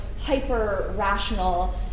hyper-rational